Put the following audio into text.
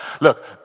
look